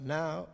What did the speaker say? now